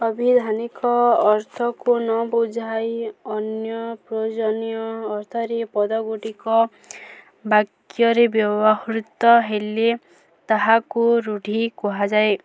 ଅଭିଧାନିକ ଅର୍ଥକୁ ନ ବୁଝାଇ ଅନ୍ୟ ପ୍ରୟୋଜନୀୟ ଅର୍ଥରେ ପଦ ଗୁଡ଼ିକ ବାକ୍ୟରେ ବ୍ୟବହୃତ ହେଲେ ତାହାକୁ ରୂଢ଼ି କୁହାଯାଏ